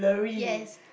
yes